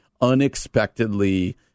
unexpectedly